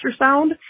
ultrasound